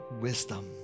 wisdom